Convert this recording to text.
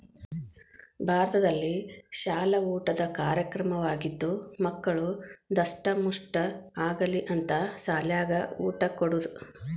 ಭಾರತದಲ್ಲಿಶಾಲ ಊಟದ ಕಾರ್ಯಕ್ರಮವಾಗಿದ್ದು ಮಕ್ಕಳು ದಸ್ಟಮುಷ್ಠ ಆಗಲಿ ಅಂತ ಸಾಲ್ಯಾಗ ಊಟ ಕೊಡುದ